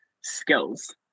skills